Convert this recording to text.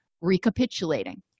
recapitulating